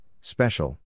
special